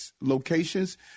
locations